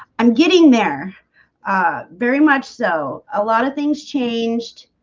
i'm getting there very much, so a lot of things changed